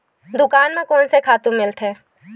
दुकान म कोन से खातु मिलथे?